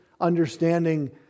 understanding